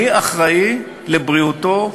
אני אחראי לבריאותו,